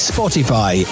Spotify